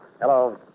Hello